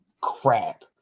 crap